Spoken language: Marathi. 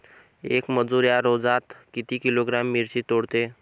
येक मजूर या रोजात किती किलोग्रॅम मिरची तोडते?